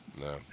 No